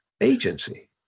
agency